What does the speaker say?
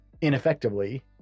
ineffectively